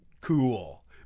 cool